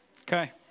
Okay